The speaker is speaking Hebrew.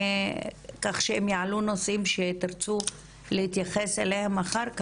כך שהם יעלו נושאים שתרצו להתייחס אליהם אחר כך,